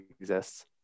exists